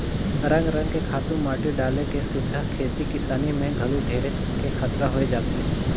रंग रंग के खातू माटी डाले के सेथा खेती किसानी में घलो ढेरेच के खतरा होय जाथे